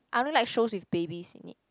I don't like shows with babies in it